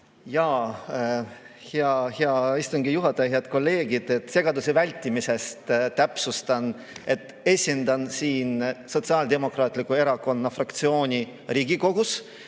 Jaa, hea istungi juhataja! Head kolleegid! Segaduse vältimiseks täpsustan, et esindan siin Sotsiaaldemokraatliku Erakonna fraktsiooni Riigikogus